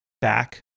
back